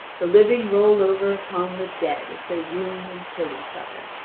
the living roll over upon the dead as they wound and kill each other.